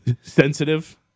sensitive